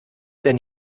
denn